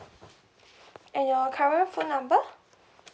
and your current phone number